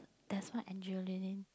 there's one Angeline